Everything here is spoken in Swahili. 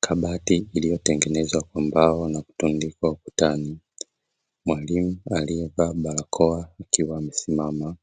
Kabati iliyotengenezwa kwa mbao na kutundikwa ukutani. Mwalimu aliyevaa barakoa akiwa amesimama